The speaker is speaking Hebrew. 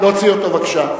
להוציא אותו בבקשה.